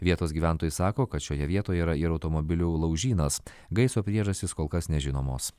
vietos gyventojai sako kad šioje vietoje yra ir automobilių laužynas gaisro priežastys kol kas nežinomos